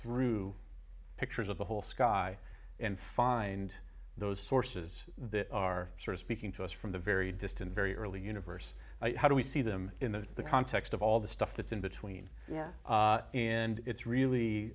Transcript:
through pictures of the whole sky and find those sources that are sort of speaking to us from the very distant very early universe how do we see them in the context of all the stuff that's in between yeah